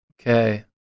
Okay